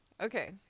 okay